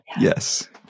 Yes